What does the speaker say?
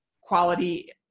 quality